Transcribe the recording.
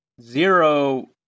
Zero